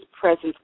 presence